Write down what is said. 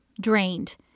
drained